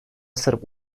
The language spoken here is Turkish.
sırp